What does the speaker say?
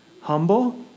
humble